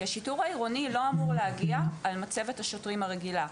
כי השיטור העירוני לא אמור להגיע על מצבת השוטרים הרגילה,